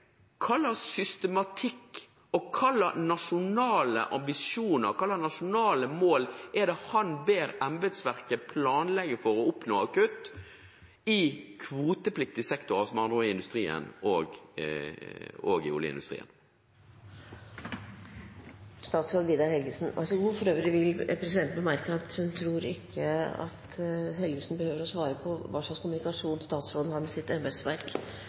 systematikk og hva slags nasjonale ambisjoner og mål er det han ber embetsverket planlegge for å oppnå av kutt i kvotepliktig sektor, med andre ord i industrien og i oljeindustrien? Presidenten vil bemerke at hun ikke tror statsråd Helgesen behøver å svare på hva slags kommunikasjon han har med sitt embetsverk.